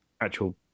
actual